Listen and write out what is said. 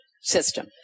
system